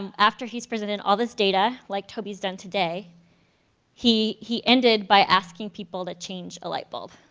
um after he's presented all this data like toby's done today he he ended by asking people to change a light bulb